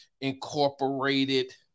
Incorporated